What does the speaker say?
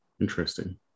interesting